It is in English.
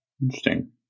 interesting